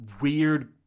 weird